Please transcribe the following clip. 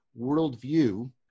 worldview